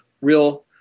real